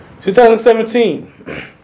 2017